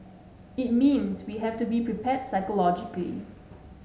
it means we have to be prepared psychologically